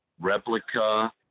replica